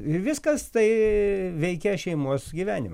ir viskas tai veikia šeimos gyvenimą